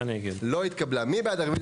הצבעה בעד, 2 נגד,